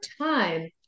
time